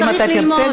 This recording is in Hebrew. אם תרצה,